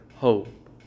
hope